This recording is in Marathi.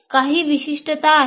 काही विशिष्टता आहे